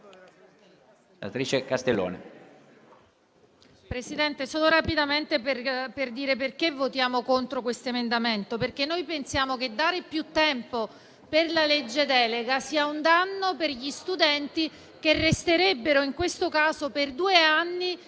Presidente, intervengo per spiegare perché votiamo contro questo emendamento. Noi pensiamo che dare più tempo per la legge delega sia un danno per gli studenti, che resterebbero, in questo caso, per due anni